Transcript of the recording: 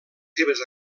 seves